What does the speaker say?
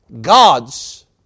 God's